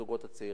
לזוגות הצעירים.